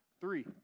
Three